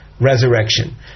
resurrection